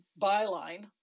byline